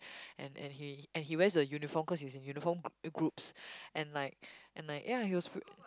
and and he and he wears the uniform cause he is in uniform gr~ groups and like and like ya he was